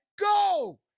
go